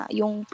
yung